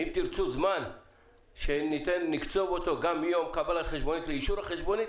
אם תרצו זמן שנקצוב אותו גם מיום קבלת החשבונית לאישור החשבונית,